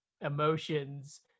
emotions